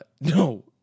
No